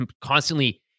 constantly